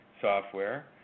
software